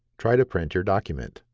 try to print your document.